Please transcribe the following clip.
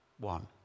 One